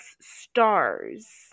Stars